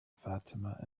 fatima